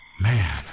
Man